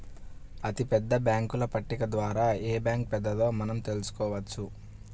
అతిపెద్ద బ్యేంకుల పట్టిక ద్వారా ఏ బ్యాంక్ పెద్దదో మనం తెలుసుకోవచ్చు